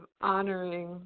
honoring